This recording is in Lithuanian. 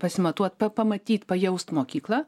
pasimatuot pamatyt pajaust mokyklą